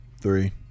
Three